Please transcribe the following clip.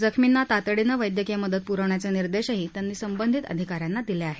जखमींना तातडीनं वस्कीय मदत पुरवण्याचे निर्देशही त्यांनी संबंधित अधिकाऱ्यांना दिले आहेत